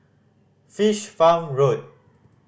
Fish Farm Road